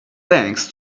thanks